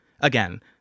Again